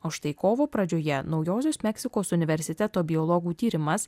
o štai kovo pradžioje naujosios meksikos universiteto biologų tyrimas